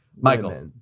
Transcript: Michael